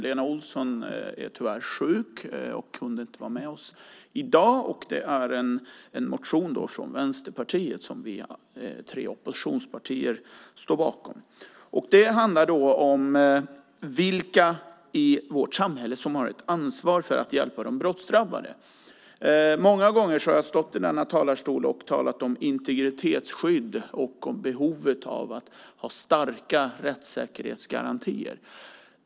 Lena Olsson från Vänsterpartiet är tyvärr sjuk och kunde inte vara med oss i dag. Det är en motion från Vänsterpartiet som vi tre oppositionspartier står bakom. Det handlar om vilka i vårt samhälle som har ett ansvar för att hjälpa de brottsdrabbade. Många gånger har jag stått i denna kammare och talat om integritetsskydd och behovet av att ha starka rättssäkerhetsgarantier.